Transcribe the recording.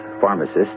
pharmacist